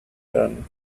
turn